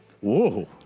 Whoa